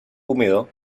húmedo